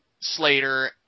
Slater